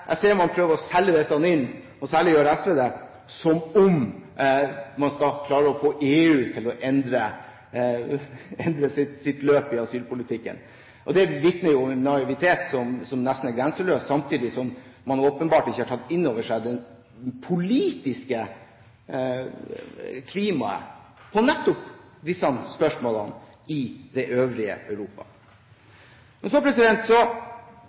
jeg ser at man prøver å selge dette inn – og særlig gjør SV det – som om man skal klare å få EU til å endre sitt løp i asylpolitikken. Det vitner jo om en naivitet som nesten er grenseløs, samtidig som man åpenbart ikke har tatt inn over seg det politiske klimaet i nettopp disse spørsmålene i det øvrige Europa. Så